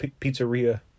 pizzeria